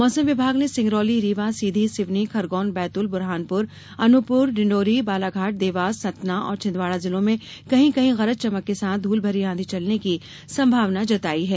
मौसम विभाग ने सिंगरौली रीवा सीधी सिवनी खरगोन बैतूल बुरहानपुर अनूपपुर डिंचोरी बालाघाट देवास सतना एवं छिंदवाड़ा जिलों में कहीं कहीं गरज चमक के साथ धूल भरी आधी चलने की संभावना जताई है